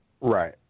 Right